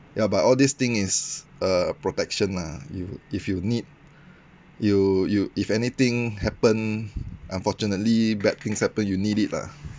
ya but all this thing is a protection lah you if you need you you if anything happen unfortunately bad things happen you need it lah